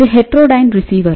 இது heterodyne receiver